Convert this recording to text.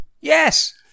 yes